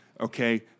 okay